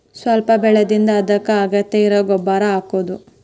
ಸ್ವಲ್ಪ ಬೆಳದಿಂದ ಅದಕ್ಕ ಅಗತ್ಯ ಇರು ಗೊಬ್ಬರಾ ಹಾಕುದು